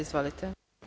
Izvolite.